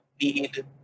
need